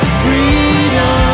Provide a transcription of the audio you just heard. freedom